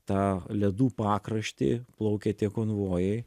tą ledų pakraštį plaukė tie konvojai